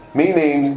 meaning